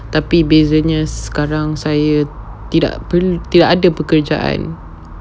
tapi bezanya sekarang saya tidak perlu tidak ada perkerjaan